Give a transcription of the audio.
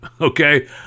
Okay